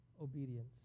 obedience